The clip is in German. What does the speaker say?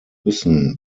müssen